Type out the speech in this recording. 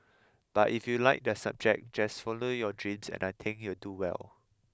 but if you like the subject just follow your dreams and I think you'll do well